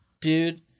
dude